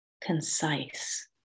concise